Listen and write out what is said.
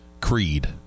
Creed